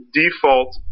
default